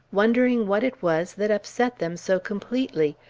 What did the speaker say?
wondering what it was that upset them so completely,